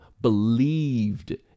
believed